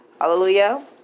Hallelujah